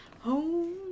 Home